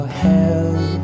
help